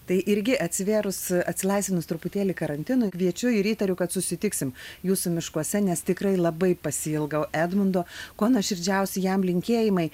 tai irgi atsivėrus atsilaisvinus truputėlį karantinui kviečiu ir įtariu kad susitiksim jūsų miškuose nes tikrai labai pasiilgau edmundo kuo nuoširdžiausi jam linkėjimai